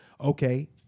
okay